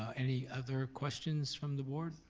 any other questions from the board,